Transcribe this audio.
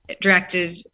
directed